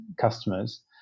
customers